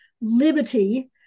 liberty